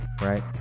right